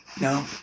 No